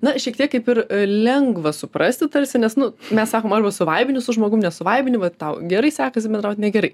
na šiek tiek kaip ir lengva suprasti tarsi nes nu mes sakom arba suvaibini su žmogum nesuvaibini va tau gerai sekasi bendraut negerai